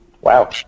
Wow